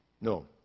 No